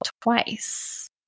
twice